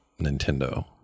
Nintendo